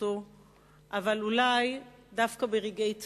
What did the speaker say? אבל אולי דווקא ברגעי צער,